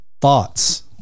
thoughts